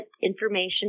information